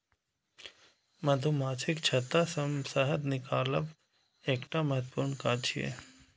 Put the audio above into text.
मधुमाछीक छत्ता सं शहद निकालब एकटा महत्वपूर्ण काज छियै